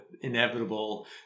inevitable